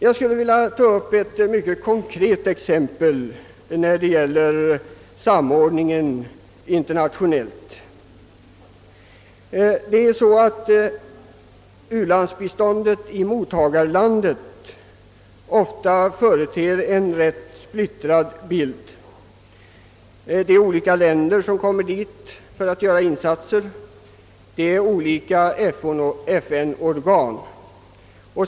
Jag skulle vilja ta upp ett mycket konkret exempel när det gäller samordningen internationellt. Ofta företer u-landsbiståndet i mottagarlandet en rätt splittrad bild. Det är olika länder som kommer dit för att göra insatser och det är olika FN-organ.